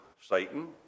Satan